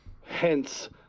hence